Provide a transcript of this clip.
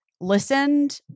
listened